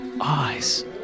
eyes